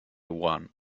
one